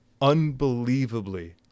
unbelievably